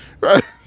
right